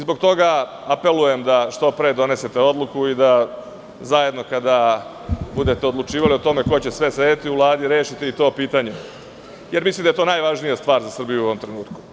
Zbog toga apelujem da što pre donesete odluku i da zajedno kada budete odlučivali o tome ko će sedeti u Vladi, rešite i to pitanje, jer mislim da je to najvažnija stvar za Srbiju u ovom trenutku.